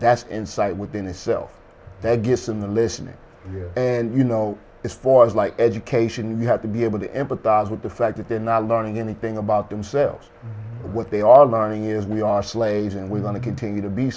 that's insight within itself that gets in the listening and you know as far as my education you have to be able to empathize with the fact that they're not learning anything about themselves what they are learning is we are slaves and we want to continue to be